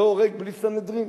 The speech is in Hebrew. לא הורג בלי סנהדרין.